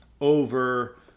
over